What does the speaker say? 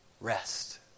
rest